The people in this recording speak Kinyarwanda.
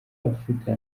afurika